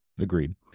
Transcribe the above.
Agreed